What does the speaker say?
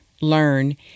learn